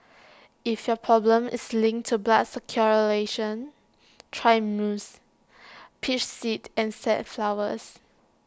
if your problem is linked to blood circulation try musk peach seed and safflowers